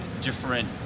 different